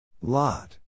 Lot